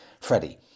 Freddie